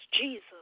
Jesus